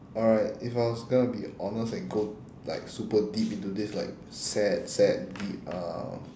alright if I was gonna be honest and go like super deep into this like sad sad deep um